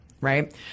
right